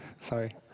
sorry